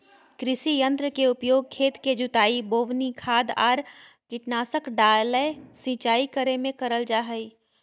कृषि यंत्र के उपयोग खेत के जुताई, बोवनी, खाद आर कीटनाशक डालय, सिंचाई करे मे करल जा हई